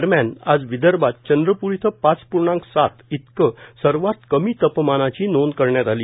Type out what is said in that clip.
दरम्यान आज विदर्भात चंद्रपूर इथं पाच पूर्णांक सात इतकं सर्वात कमी तापमानाची नोंद करण्यात आली